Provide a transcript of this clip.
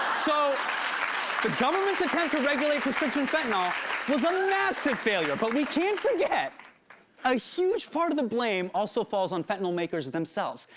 so the government's attempt to regulate prescription fentanyl was a massive failure, but we can't forget a huge part of the blame also falls on fentanyl makers themselves.